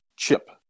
chip